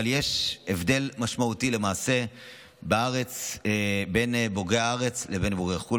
אבל יש הבדל משמעותי למעשה בארץ בין בוגרי הארץ לבין בוגרי חו"ל,